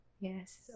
yes